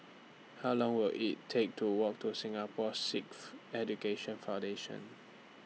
How Long Will IT Take to Walk to Singapore Sikh Education Foundation